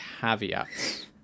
caveats